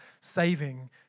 saving